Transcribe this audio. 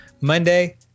monday